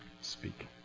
speak